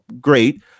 great